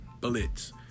blitz